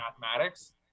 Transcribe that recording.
mathematics